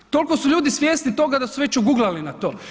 Toliko su ljudi svjesni toga da su već oguglali na to.